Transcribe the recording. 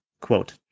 Quote